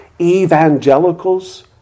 evangelicals